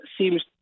seems